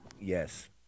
Yes